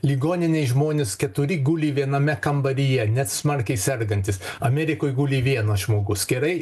ligoninėj žmonės keturi guli viename kambaryje net smarkiai sergantys amerikoj guli vienas žmogus gerai